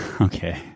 Okay